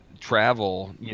travel